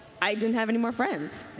i didn't have any more friends.